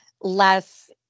less